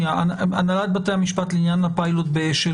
הנהלת בתי המשפט לעניין הפילוט באשל